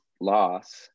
loss